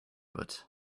but